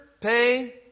pay